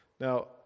Now